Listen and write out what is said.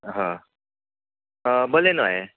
हां हां बलेनो आहे